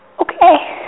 okay